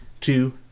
two